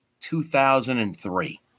2003